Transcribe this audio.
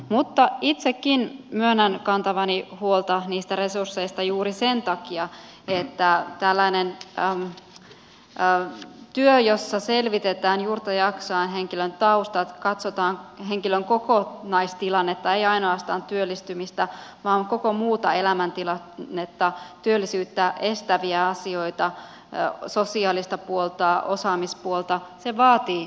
mutta itsekin myönnän kantavani huolta niistä resursseista juuri sen takia että tällainen työ jossa selvitetään juurta jaksaen henkilön taustat katsotaan henkilön kokonaistilannetta ei ainoastaan työllistymistä vaan koko muuta elämäntilannetta työllisyyttä estäviä asioita sosiaalista puolta osaamispuolta vaatii aikaa